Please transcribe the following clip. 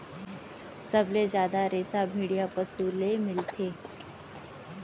सबले जादा रेसा भेड़िया पसु ले मिलथे